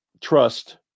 trust